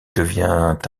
devient